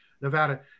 Nevada